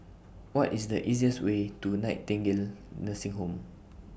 What IS The easiest Way to Nightingale Nursing Home